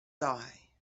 die